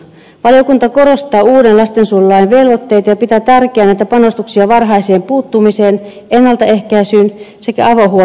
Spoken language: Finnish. valiokunta korostaa uuden lastensuojelulain velvoitteita ja pitää tärkeänä että panostuksia varhaiseen puuttumiseen ennaltaehkäisyyn sekä avohuoltoon lisätään